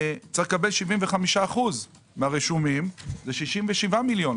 צריך לקבל 75% מהרשומים, זה 67 מיליון.